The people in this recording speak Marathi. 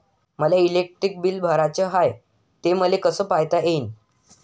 मले इलेक्ट्रिक बिल भराचं हाय, ते मले कस पायता येईन?